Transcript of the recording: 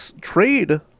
trade